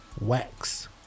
WAX